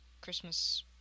Christmas